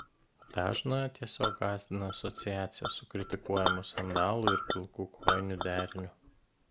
dažną tiesiog gąsdina asociacija su kritikuojamu sandalų ir pilkų kojinių deriniu